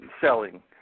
selling